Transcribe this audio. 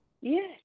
yes